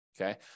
Okay